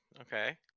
okay